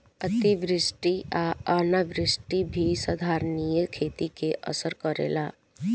अतिवृष्टि आ अनावृष्टि भी संधारनीय खेती के असर करेला